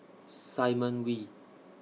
Simon Wee